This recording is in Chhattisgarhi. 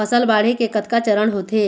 फसल बाढ़े के कतका चरण होथे?